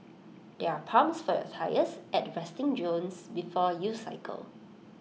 there are pumps for your tyres at the resting zones before you cycle